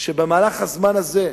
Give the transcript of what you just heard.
שבמהלך הזמן הזה,